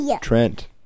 Trent